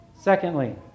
Secondly